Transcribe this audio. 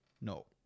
No